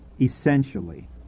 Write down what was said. essentially